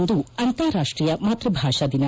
ಇಂದು ಅಂತಾರಾಷ್ಷೀಯ ಮಾತ್ವಭಾಷಾ ದಿನ